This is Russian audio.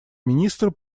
министра